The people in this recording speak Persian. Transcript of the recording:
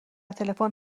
تلفن